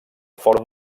fòrum